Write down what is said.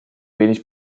wenig